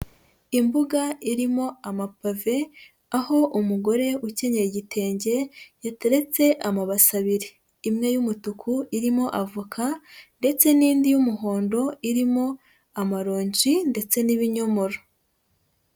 Imbuga irimo amapave aho umugore ukenyeye igitenge yateretse amabase abiri, imwe y'umutuku irimo avoka ndetse n'indi y'umuhondo irimo amaronji ndetse n'ibinyomoro.